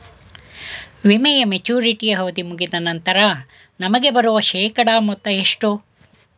ವಿಮೆಯ ಮೆಚುರಿಟಿ ಅವಧಿ ಮುಗಿದ ನಂತರ ನಮಗೆ ಬರುವ ಶೇಕಡಾ ಮೊತ್ತ ಎಷ್ಟು?